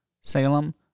Salem